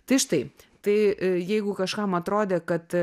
tai štai tai jeigu kažkam atrodė kad